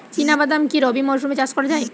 চিনা বাদাম কি রবি মরশুমে চাষ করা যায়?